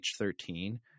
H13